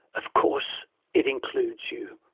of course it includes you.